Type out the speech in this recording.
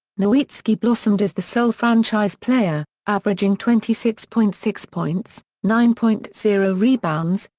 nowitzki blossomed as the sole franchise player, averaging twenty six point six points, nine point zero rebounds,